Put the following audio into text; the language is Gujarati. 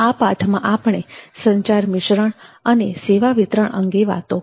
આ પાઠમાં આપણે સંચાર મિશ્રણ અને સેવા વિતરણ અંગે વાતો કરી